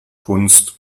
kunst